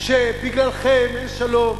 שבגללכם אין שלום,